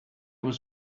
was